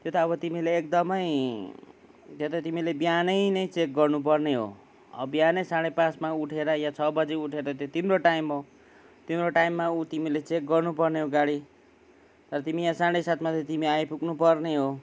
त्यो त अब तिमीले एकदमै त्यो त तिमीले बिहानै नै चेक गर्नुपर्ने हो बिहानै साढे पाँचमा उठेर या छ बजे उठेर त्यो तिम्रो टाइम हो तिम्रो टाइममा ऊ तिमीले चेक गर्नु पर्ने हो गाडी तर तिमी यहाँ साढे सातमा त तिमी आइपुग्नु पर्ने हो